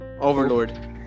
overlord